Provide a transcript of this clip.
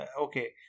okay